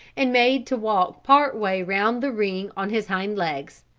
and made to walk part way round the ring on his hind legs.